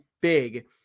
big